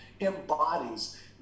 embodies